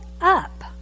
up